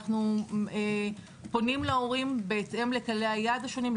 אנחנו פונים להורים בהתאם לכללי היעד השונים,